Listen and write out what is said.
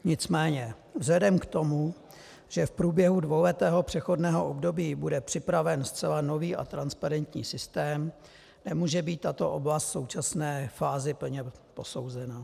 Nicméně vzhledem k tomu, že v průběhu dvouletého přechodného období bude připraven zcela nový a transparentní systém, nemůže být tato oblast v současné fází plně posouzena.